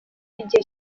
igihe